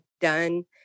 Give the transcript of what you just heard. done